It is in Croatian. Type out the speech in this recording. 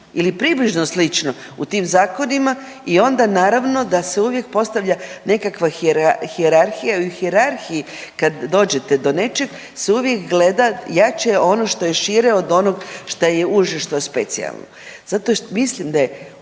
ili približno slično u tim zakonima i onda naravno da se uvijek postavlja nekakva hijerarhija i u hijerarhiji kad dođete do nečeg se uvijek gleda jače je ono što je šire od onog šta je uže, što je specijalno. Zato mislim da je uvijek